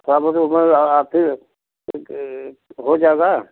थोड़ा बहुत ऊपर फ़िर हो जाएगा